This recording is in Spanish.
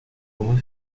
como